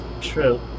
true